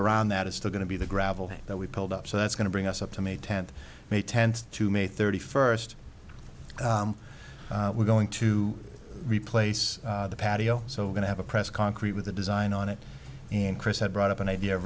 around that is still going to be the gravel that we pulled up so that's going to bring us up to may tenth may tend to may thirty first we're going to replace the patio so going to have a press concrete with a design on it and chris had brought up an idea